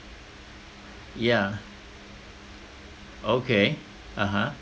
yeah okay (uh huh)